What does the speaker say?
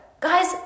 Guys